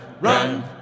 run